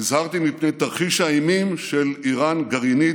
והזהרתי מפני תרחיש האימים של איראן גרעינית.